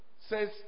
says